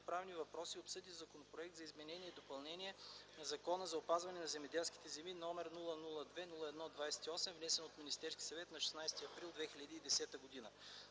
правни въпроси обсъди Законопроект за изменение и допълнение на Закона за опазване на земеделските земи, № 002-01-28, внесен от Министерския съвет на 16 април 2010 г.